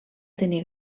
tenir